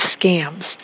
scams